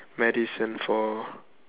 medicine for